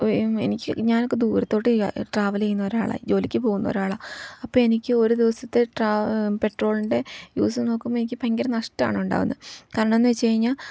എനിക്ക് ഞാനൊക്കെ ദൂരത്തോട്ട് ട്രാവൽ ചെയ്യുന്ന ഒരാളാണ് ജോലിക്കു പോകുന്ന ഒരാളാണ് അപ്പം എനിക്ക് ഒരു ദിവസത്തെ ട്റാ പെട്രോളിൻ്റെ യൂസ് നോക്കുമ്പോൾ എനിക്ക് ഭയങ്കര നഷ്ടമാണ് ഉണ്ടാകുന്നത് കാരണമെന്നു വെച്ചു കഴിഞ്ഞാൽ